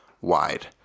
wide